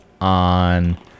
on